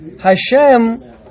Hashem